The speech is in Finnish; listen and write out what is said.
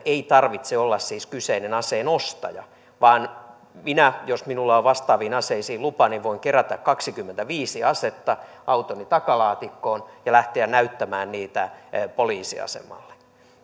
ei siis tarvitse olla kyseinen aseen ostaja vaan jos minulla on vastaaviin aseisiin lupa minä voin kerätä kaksikymmentäviisi asetta autoni takalaatikkoon ja lähteä näyttämään niitä poliisiasemalle